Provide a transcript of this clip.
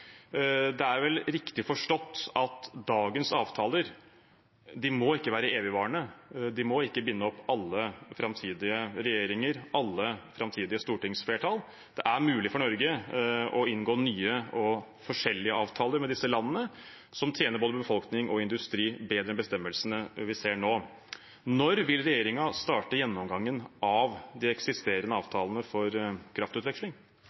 er vel riktig forstått at dagens avtaler ikke må være evigvarende; de må ikke binde opp alle framtidige regjeringer og alle framtidige stortingsflertall. Det er mulig for Norge å inngå nye og forskjellige avtaler med disse landene som tjener både befolkning og industri bedre enn bestemmelsene vi ser nå. Når vil regjeringen starte gjennomgangen av de eksisterende avtalene for kraftutveksling?